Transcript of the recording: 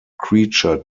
creature